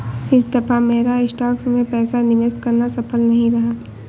इस दफा मेरा स्टॉक्स में पैसा निवेश करना सफल नहीं रहा